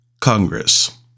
Congress